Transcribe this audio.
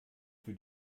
für